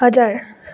हजुर